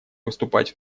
выступать